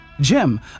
Jim